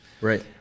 Right